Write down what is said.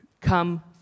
Come